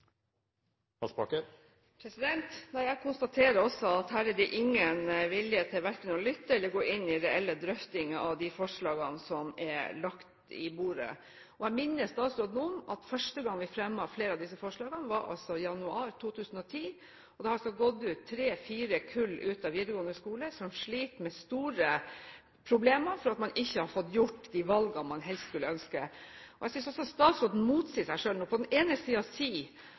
vilje til verken å lytte til eller gå inn i reelle drøftinger med hensyn til de forslagene som er lagt på bordet. Jeg minner statsråden om at første gang vi fremmet flere av disse forslagene, var i januar 2010, og det har siden gått tre–fire kull ut av videregående skole som sliter med store problemer fordi de ikke har fått gjort de valgene de helst skulle ønsket. Jeg synes også statsråden nå motsier seg selv. På den ene